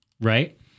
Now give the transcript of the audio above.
right